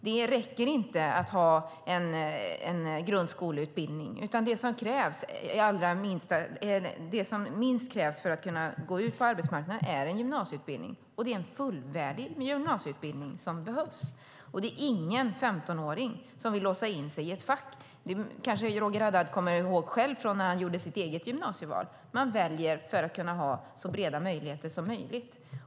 Det räcker inte att ha grundskoleutbildning, utan för att kunna gå ut på arbetsmarknaden krävs minst gymnasieutbildning och då en fullvärdig gymnasieutbildning. Ingen femtonåring vill låsa in sig i ett fack. Roger Haddad minns kanske från sitt eget gymnasieval; man väljer för att kunna ha så breda möjligheter som möjligt.